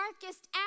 darkest